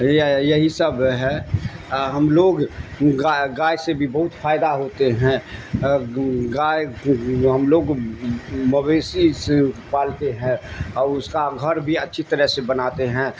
یہی سب ہے ہم لوگ گائے سے بھی بہت فائدہ ہوتے ہیں گائے ہم لوگ مویثی سے پالتے ہیں اور اس کا گھر بھی اچھی طرح سے بناتے ہیں